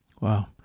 Wow